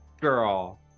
girl